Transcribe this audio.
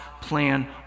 plan